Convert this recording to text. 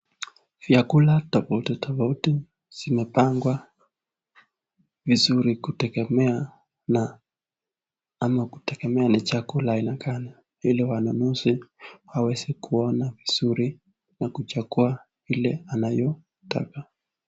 Vyakula tofauti tofauti zimepangwa vizuri kutengemea na ama kutengemea ni chakula ya aina gani, ili wanunuzi waweze kuona vizuri na kuchangua ile anayotaka.